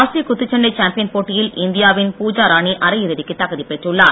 ஆசிய குத்துச்சண்டை சாம்பியன் போட்டியில் இந்தியா வின் பூஜா ராணி அரை இறுதிக்கு தகுதி பெற்றுள்ளார்